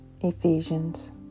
Ephesians